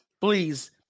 please